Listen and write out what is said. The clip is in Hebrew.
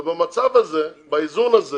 ובאיזון הזה